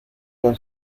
con